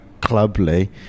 clubly